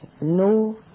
no